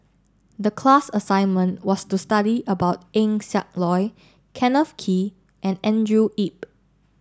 the class assignment was to study about Eng Siak Loy Kenneth Kee and Andrew Yip